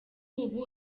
ubu